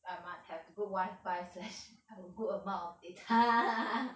I must have good wifi slash good amount of data